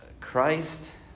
Christ